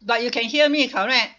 but you can hear me correct